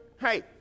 hey